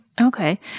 Okay